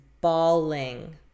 bawling